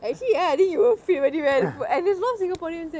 actually ya I think you will fit very well and it's a lot of singaporeans